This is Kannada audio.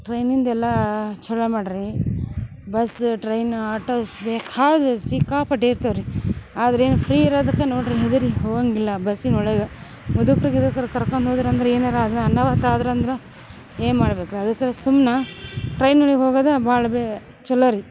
ಟ್ರೈನಿಂದ ಎಲ್ಲಾ ಛಲೋ ಮಾಡ್ರಿ ಬಸ್ಸ ಟ್ರೈನು ಆಟೋಸ್ ಬೇಕಾದ ಸಿಕ್ಕಾಪಟ್ಟಿ ಇರ್ತವ್ರೀ ಆದ್ರೇನು ಫ್ರೀ ಇರೋದಕ್ಕ ನೋಡ್ರಿ ಹೆದರಿ ಹೋಗಂಗಿಲ್ಲಾ ಬಸ್ಸಿನೊಳಗ ಮುದುಕರು ಗಿದಕ್ರ ಕರ್ಕಂದೋದ್ರ್ ಅಂದ್ರ ಏನಾರ ಆದ್ರ ಅನಾಹುತ ಆದ್ರ ಅಂದ್ರ ಏನು ಮಾಡಬೇಕು ಅದಕ್ಕೆ ಸುಮ್ನಾ ಟ್ರೈನೊಳಿಗ ಹೋಗದಾ ಭಾಳ ಬೇಗ ಛಲೋ ರೀ